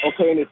okay